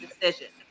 decision